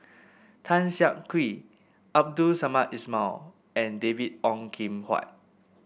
Tan Siak Kew Abdul Samad Ismail and David Ong Kim Huat